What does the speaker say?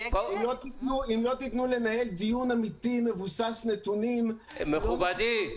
אם לא תתנו לנהל דיון אמיתי מבוסס נתונים לא נוכל --- מכובדי,